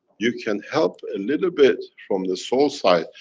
you can help a little bit from the soul side,